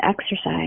exercise